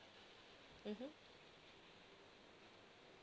mmhmm